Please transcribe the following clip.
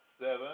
Seven